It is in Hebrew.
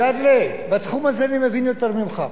מג'אדלה, בתחום הזה אני מבין יותר ממך.